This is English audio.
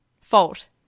fault